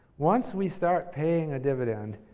once we start paying a dividend,